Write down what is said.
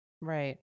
Right